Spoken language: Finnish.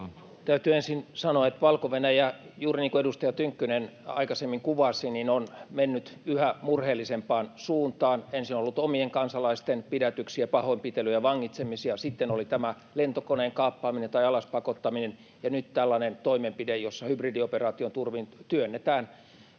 Täytyy ensin sanoa, että Valko-Venäjä, juuri niin kuin edustaja Tynkkynen aikaisemmin kuvasi, on mennyt yhä murheellisempaan suuntaan. Ensin on ollut omien kansalaisten pidätyksiä, pahoinpitelyjä, vangitsemisia, sitten oli tämä lentokoneen kaappaaminen tai alas pakottaminen ja nyt tällainen toimenpide, jossa hybridioperaation turvin työnnetään